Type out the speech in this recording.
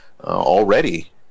already